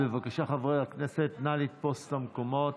בבקשה, חברי הכנסת, נא לתפוס מקומות.